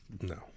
No